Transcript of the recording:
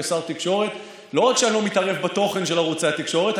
כשר תקשורת לא רק שאני לא מתערב בתוכן של ערוצי התקשורת,